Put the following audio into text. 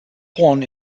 born